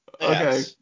Okay